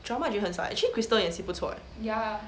drama 很少 actually crystal 演戏不错 leh